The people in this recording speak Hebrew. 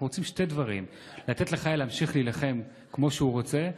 אנחנו רוצים שני דברים: לתת לחייל להמשיך להילחם כמו שהוא רוצה,